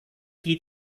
qui